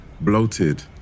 bloated